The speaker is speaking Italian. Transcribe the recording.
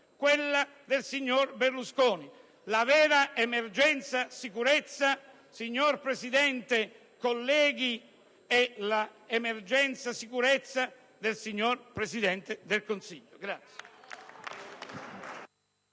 quella del signor Berlusconi. La vera emergenza sicurezza, signor Presidente e colleghi, è l'emergenza sicurezza del signor Presidente del Consiglio.